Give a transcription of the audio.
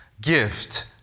gift